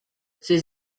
ces